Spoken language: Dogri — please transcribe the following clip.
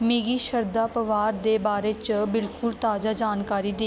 मिगी शरदा पवार दे बारे च बिलकुल ताजा जानकारी दि